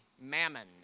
Mammon